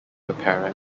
apparent